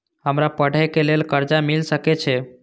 हमरा पढ़े के लेल कर्जा मिल सके छे?